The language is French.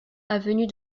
avenue